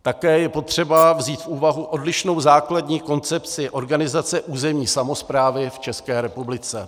Také je potřeba vzít v úvahu odlišnou základní koncepci organizace územní samosprávy v České republice.